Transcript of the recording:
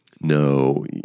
no